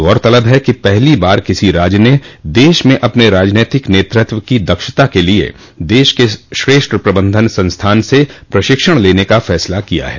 गौरतलब है कि पहली बार किसी राज्य ने देश में अपने राजनीतिक नेतृत्व की दक्षता के लिये देश के श्रेष्ठ प्रबंधन संस्थान से प्रशिक्षण लेने का फैसला किया है